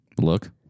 Look